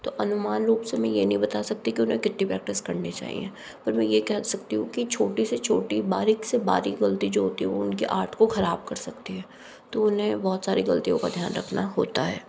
तो अनुमान रूप से मैं ये नहीं बता सकती कि उन्हें कितनी प्रैक्टिस करनी चाहिए पर मैं ये कह सकती हूँ कि छोटी से छोटी बारीक से बारीक ग़लती जो होती है वो उन के आर्ट को ख़राब कर सकती है तो उन्हें बहुत सारी गलतियों का ध्यान रखना होता है